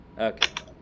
Okay